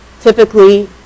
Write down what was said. typically